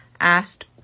asked